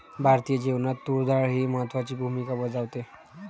भारतीय जेवणात तूर डाळ ही महत्त्वाची भूमिका बजावते